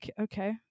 okay